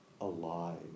alive